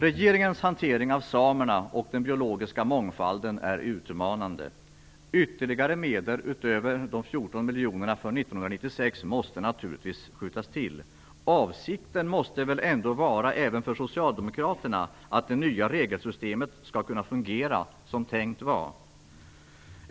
Regeringens hantering av samerna och den biologiska mångfalden är utmanande. Ytterligare medel utöver de 14 miljonerna från 1996 måste naturligtvis skjutas till. Avsikten måste väl ändå även för socialdemokraterna vara att det nya regelsystemet skall kunna fungera som tänkt var.